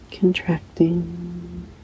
Contracting